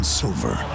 silver